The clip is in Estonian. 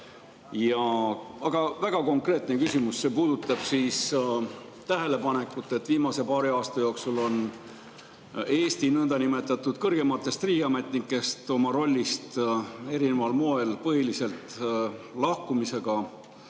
on. Aga väga konkreetne küsimus. See puudutab tähelepanekut, et viimase paari aasta jooksul on Eesti niinimetatud kõrgematest riigiametnikest oma rollist erineval moel, põhiliselt lahkumisega